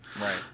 Right